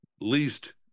least